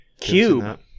Cube